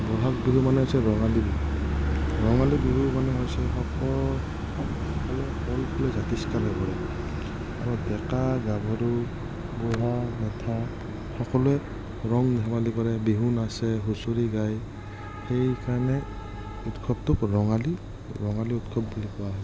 ব'হাগ বিহু মানে হৈছে ৰঙালী বিহু ৰঙালী বিহু মানে হৈছে জাতিষ্কাৰ হৈ পৰে আৰু ডেকা গাভৰু বুঢ়া মেথা সকলোৱে ৰং ধেমালি কৰে বিহু নাচে হুঁচৰি গায় সেইকাৰণে উৎসৱটোক ৰঙালী ৰঙালী উৎসৱ বুলি কোৱা হয়